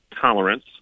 tolerance